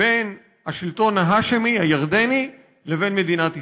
בין השלטון ההאשמי הירדני ובין מדינת ישראל.